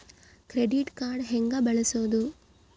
Credit card ಹೆಂಗ ಬಳಸೋದು?